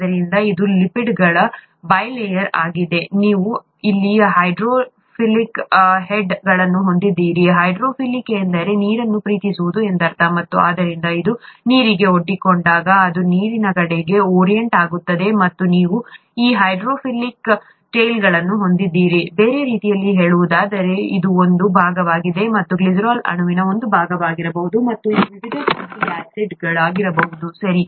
ಆದ್ದರಿಂದ ಇದು ಲಿಪಿಡ್ಗಳ ಬೈ ಲೇಯರ್ ಆಗಿದೆ ನೀವು ಇಲ್ಲಿ ಹೈಡ್ರೋಫಿಲಿಕ್ ಹೆಡ್ಗಳನ್ನು ಹೊಂದಿದ್ದೀರಿ ಹೈಡ್ರೋಫಿಲಿಕ್ ಎಂದರೆ ನೀರನ್ನು ಪ್ರೀತಿಸುವುದು ಎಂದರ್ಥ ಮತ್ತು ಆದ್ದರಿಂದ ಅದು ನೀರಿಗೆ ಒಡ್ಡಿಕೊಂಡಾಗ ಅದು ನೀರಿನ ಕಡೆಗೆ ಓರಿಯಂಟ್ ಆಗುತ್ತದೆ ಮತ್ತು ನೀವು ಈ ಹೈಡ್ರೋಫೋಬಿಕ್ ಟೈಲ್ಗಳನ್ನು ಹೊಂದಿದ್ದೀರಿ ಬೇರೆ ರೀತಿಯಲ್ಲಿ ಹೇಳುವುದಾದರೆ ಇದು ಒಂದು ಭಾಗವಾಗಿದೆ ಇದು ಗ್ಲಿಸರಾಲ್ ಅಣುವಿನ ಒಂದು ಭಾಗವಾಗಿರಬಹುದು ಮತ್ತು ಇದು ವಿವಿಧ ಫ್ಯಾಟಿ ಆಸಿಡ್ಗಳಾಗಿರಬಹುದು ಸರಿ